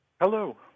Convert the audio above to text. Hello